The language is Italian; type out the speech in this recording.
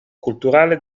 culturale